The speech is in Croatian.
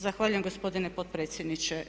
Zahvaljujem gospodine potpredsjedniče.